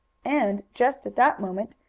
and, just at that moment,